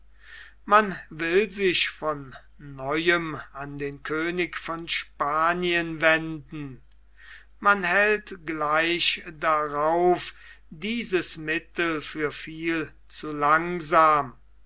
man will sich von neuem an den könig nach spanien wenden man hält gleich darauf dieses mittel für viel zu langsam